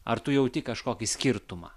ar tu jauti kažkokį skirtumą